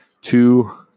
two